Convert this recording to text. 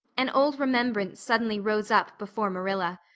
an old remembrance suddenly rose up before marilla.